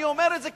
אני אומר את זה,